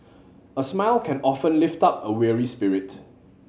a smile can often lift up a weary spirit